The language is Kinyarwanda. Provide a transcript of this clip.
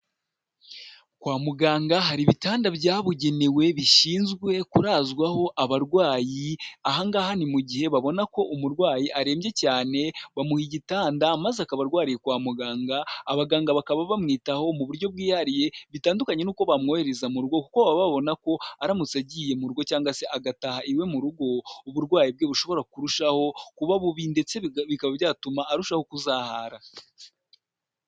Kwa muganga hari ibitanda byabugenewe bishinzwe kurazwaho abarwayi, aha ngaha ni mu gihe babona ko umurwayi arembye cyane, bamuha igitanda maze akaba arwariye kwa muganga, abaganga bakaba bamwitaho mu buryo bwihariye, bitandukanye n'uko bamwohereza mu rugo kuko baba babona ko aramutse agiye muru rugo cyangwa se agataha iwe mu rugo, uburwayi bwe bushobora kurushaho kuba bubi ndetse bikaba byatuma arushaho kuzahara.